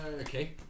Okay